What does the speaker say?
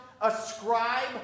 ascribe